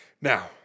Now